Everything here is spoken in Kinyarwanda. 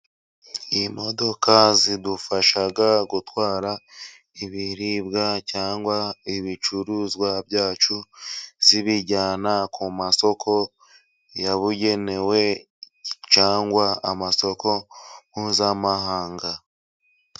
Imodoka zidufasha gutwara ibiribwa cyangwa ibicuruzwa byacu, zibijyana ku masoko yabugenewe cyangwa amasoko mpuzamahanga.